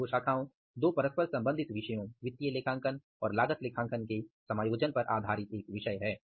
यह दो शाखाओं दो परस्पर सम्बंधित विषयों वित्तीय लेखांकन और लागत लेखांकन के समायोजन पर आधारित एक विषय है